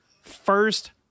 First